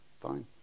fine